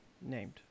named